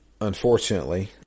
unfortunately